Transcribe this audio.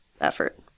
effort